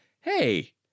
hey